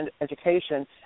education